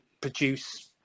produce